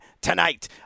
tonight